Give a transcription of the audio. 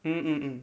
mm mm mm